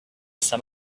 some